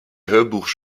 hörbuch